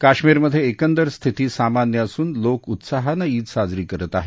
कश्मीरमधे एकंदर स्थिती सामान्य असून लोक उत्साहानं ईद साजरी करत आहेत